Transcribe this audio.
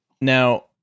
now